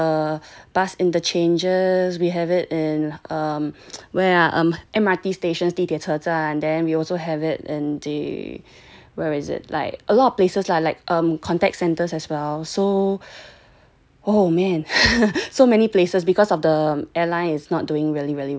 bus interchanges we have it in um where ah um M_R_T stations 地铁车站 then we also have it and they where is it like a lot of places lah like um contact centres as well so